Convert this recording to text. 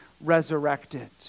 resurrected